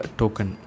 token